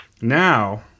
Now